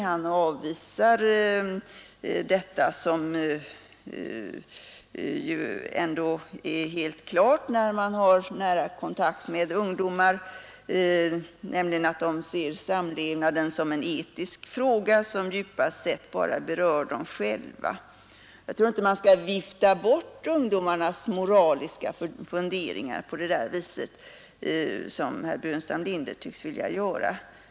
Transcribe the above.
Han avvisar emellertid det orsakssamband som ändå framstår som helt klart när man har nära kontakt med ungdomar, nämligen att dessa ser samlevnaden som en etisk fråga, som djupast sett bara berör dem själva. Jag tror inte att man skall vifta bort ungdomarnas moraliska funderingar på det vis som herr Burenstam Linder tycks vilja göra.